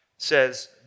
says